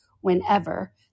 whenever